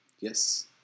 yes